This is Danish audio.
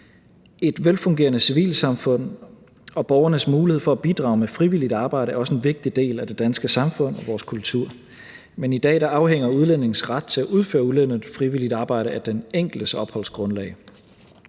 Et velfungerende civilsamfund og borgernes mulighed for at bidrage med frivilligt arbejde er også en vigtig del af det danske samfund og vores kultur, men i dag afhænger udlændinges ret til at udføre ulønnet frivilligt arbejde af den enkeltes opholdsgrundlag.